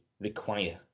require